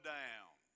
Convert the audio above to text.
down